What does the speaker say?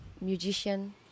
Musician